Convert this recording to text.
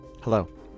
Hello